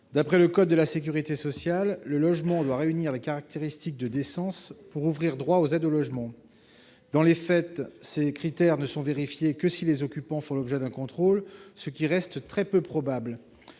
D'après le code de la sécurité sociale, le logement doit réunir les caractéristiques de décence pour ouvrir droit aux aides au logement. Dans les faits, ces critères ne sont vérifiés que si les occupants font l'objet d'un contrôle, ce qui reste très peu probable.